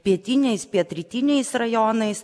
pietiniais pietrytiniais rajonais